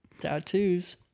Tattoos